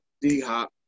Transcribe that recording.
D-Hop